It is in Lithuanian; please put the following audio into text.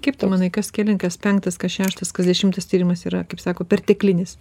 kaip tu manai kas kelin kas penktas kas šeštas kas dešimtas tyrimas yra kaip sako perteklinis